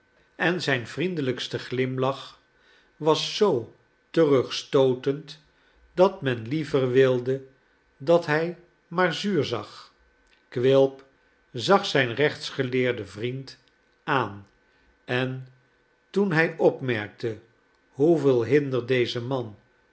en zijn vriendelijknelly ste glimlach was zoo terugstootend dat men liever wilde dat hij maar zuur zag quilp zag zijn rechtsgeleerden vriend aan en toen hij opmerkte hoeveel hinder deze van